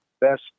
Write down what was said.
best